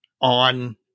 on